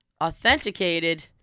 authenticated